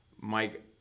Mike